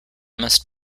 must